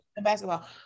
basketball